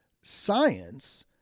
Science